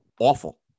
awful